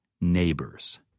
Neighbors